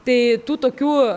tai tų tokių